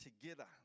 together